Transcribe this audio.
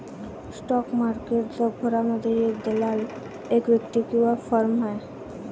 stock market जारगनमध्ये, एक दलाल एक व्यक्ती किंवा फर्म आहे